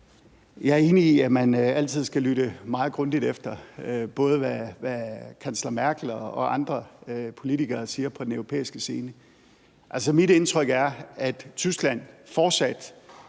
Jeg er enig i, at man altid skal lytte meget grundigt til, hvad både kansler Merkel og andre politikere siger på den europæiske scene. Mit indtryk er, at Tyskland fortsat